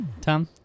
Tom